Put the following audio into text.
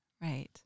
right